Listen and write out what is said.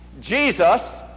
Jesus